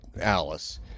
Alice